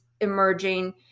emerging